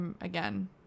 again